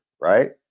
right